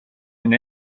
and